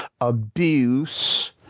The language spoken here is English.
abuse